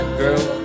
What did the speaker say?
girl